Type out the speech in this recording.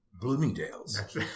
Bloomingdale's